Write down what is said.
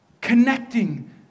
connecting